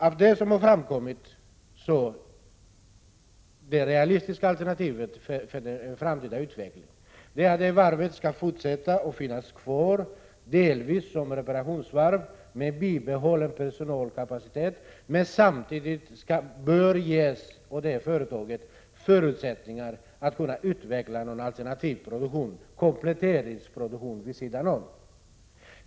Av det som har framkommit kan man dra slutsatsen att det realistiska alternativet för en framtida utveckling är att varvet skall fortsätta och finnas kvar, bl.a. som reparationsvarv med bibehållen personalkapacitet. Samtidigt bör företaget ges förutsättningar att utveckla någon alternativ produktion, kompletteringsproduktion, vid sidan om.